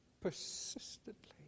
persistently